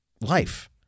life